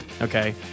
Okay